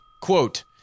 Quote